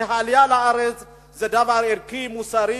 כי העלייה לארץ זה דבר ערכי, מוסרי.